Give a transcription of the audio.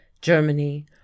Germany